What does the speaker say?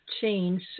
change